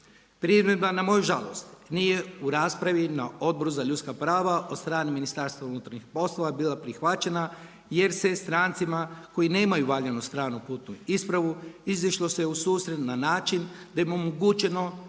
Primjedba na moju žalost nije u raspravi na Odboru za ljudska prava od strane MUP-a bila prihvaćena jer se strancima koji nemaju valjanu stranu putnu ispravu izišlo se u susret na način da im je omogućeno